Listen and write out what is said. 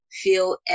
feel